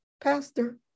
pastor